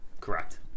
correct